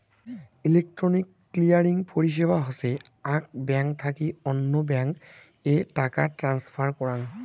electronic clearing পরিষেবা হসে আক ব্যাঙ্ক থাকি অল্য ব্যাঙ্ক এ টাকা ট্রান্সফার করাঙ